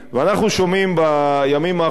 אנחנו שומעים בימים האחרונים,